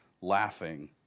laughing